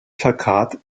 plakat